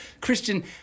Christian